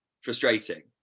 frustrating